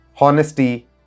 honesty